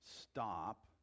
stop